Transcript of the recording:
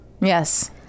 Yes